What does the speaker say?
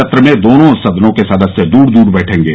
सत्र में दोनों सदनों के सदस्य दूर दूर बैठेंगे